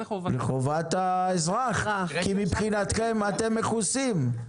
לחובת האזרח כי מבחינתכם אתם מכוסים.